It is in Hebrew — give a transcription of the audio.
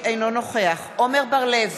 אינו נוכח עמר בר-לב